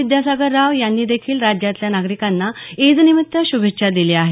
विद्यासागर राव यांनीदेखील राज्यातल्या नागरिकांना ईदनिमित्त शुभेच्छा दिल्या आहेत